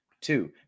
two